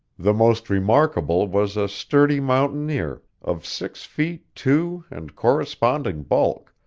the most remarkable was a sturdy mountaineer, of six feet two and corresponding bulk,